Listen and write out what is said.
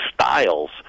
styles